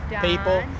people